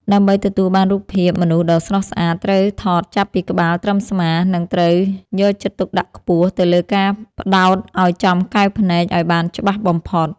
ដើម្បីទទួលបានរូបភាពមនុស្សដ៏ស្រស់ស្អាតត្រូវថតចាប់ពីក្បាលត្រឹមស្មា និង ត្រូវយកចិត្តទុកដាក់ខ្ពស់ទៅលើការផ្ដោតឱ្យចំកែវភ្នែកឱ្យបានច្បាស់បំផុត។